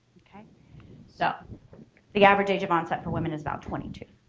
okay so the average age of onset for women is about twenty two.